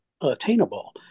attainable